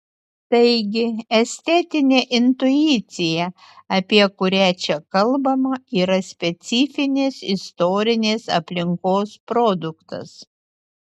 taigi estetinė intuicija apie kurią čia kalbama yra specifinės istorinės aplinkos produktas